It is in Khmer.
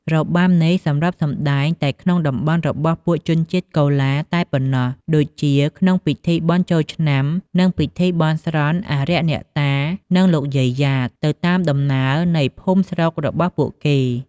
របាំនេះ សម្រាប់សម្តែងតែក្នុងតំបន់របស់ពួកជនជាតិកូឡាតែប៉ុណ្ណោះដូចជា ក្នុងពិធីបុណ្យចូលឆ្នាំ ពិធីបុណ្យបន់ស្រន់អារក្ស អ្នកតា និងលោកយាយយ៉ាត ទៅតាមដំណើរនៃភូមិស្រុករបស់ពួកគេ។